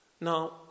Now